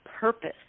purpose